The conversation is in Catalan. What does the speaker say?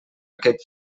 aquest